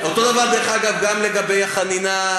אותו דבר, דרך אגב, גם לגבי החנינה.